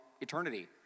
eternity